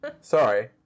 Sorry